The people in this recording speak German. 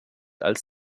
als